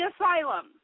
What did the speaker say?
asylum